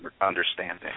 understanding